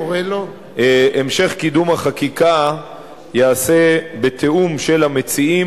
המשך קידום החקיקה ייעשה בתיאום של המציעים